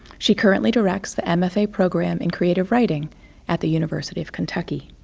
she currently directs the mfa program in creative writing at the university of kentucky.